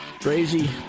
Crazy